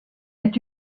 est